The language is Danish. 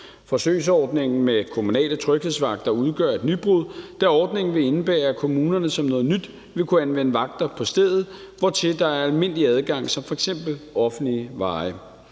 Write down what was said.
Forsøgsordningen med kommunale tryghedsvagter udgør et nybrud, da ordningen vil indebære, at kommunerne som noget nyt vil kunne anvende vagter på stedet, hvortil der er almindelig adgang som f.eks. offentlige veje.